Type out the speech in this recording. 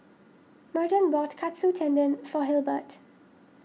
Merton bought Katsu Tendon for Hilbert